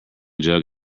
jug